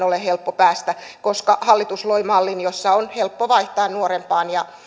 ole helppo päästä koska hallitus loi mallin jossa on helppo vaihtaa nuorempaan ja